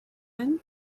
him